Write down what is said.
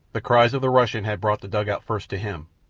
the cries of the russian had brought the dugout first to him,